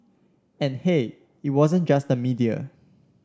and hey it wasn't just the media